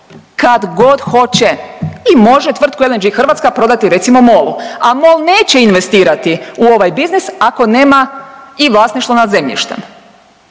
kada god hoće i može tvrtku LNG-e Hrvatska prodati recimo MOL-u. Ali MOL neće investirati u ovaj biznis ako nema i vlasništvo nad zemljištem.